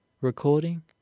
Recording